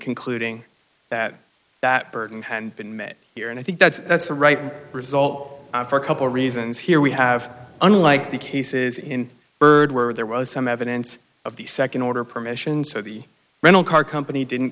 concluding that that burden had been met here and i think that's the right result for a couple reasons here we have unlike the cases in byrd where there was some evidence of the nd order permission so the rental car company didn't